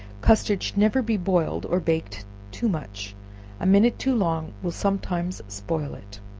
custard should never be boiled or baked two much a minute too long will sometimes spoil it.